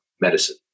medicine